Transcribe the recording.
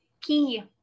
key